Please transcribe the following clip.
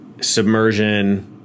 submersion